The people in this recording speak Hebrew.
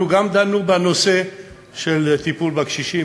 אנחנו גם דנו בנושא של טיפול בקשישים,